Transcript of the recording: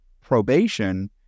probation